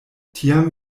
tiam